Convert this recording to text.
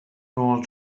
nôl